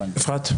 אפרת.